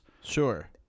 Sure